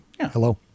Hello